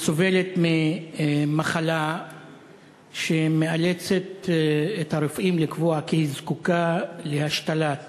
היא סובלת ממחלה שמאלצת את הרופאים לקבוע כי היא זקוקה להשתלת